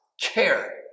care